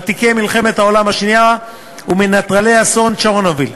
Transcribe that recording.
ותיקי מלחמת העולם השנייה ומנטרלי אסון צ'רנוביל,